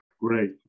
great